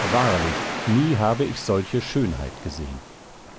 wahrlich nie habe ich solche schönheit gesehen